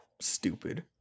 stupid